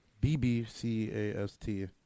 b-b-c-a-s-t